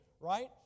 right